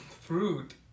Fruit